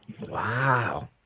Wow